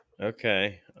Okay